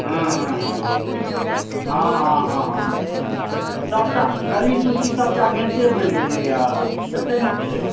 हूँ हूँ हूँ हँ हँ हँ हँ सबटा गली कुची सबटा नेते बनि गेलैया देखै नहि छियै